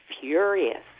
furious